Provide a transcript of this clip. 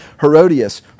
Herodias